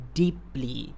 deeply